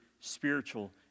spiritual